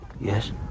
Yes